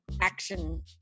action